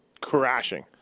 crashing